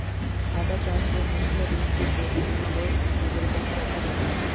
खाता चार्ट को मुख्य रूप से गोपनीय और नजरबन्द रखा जाता है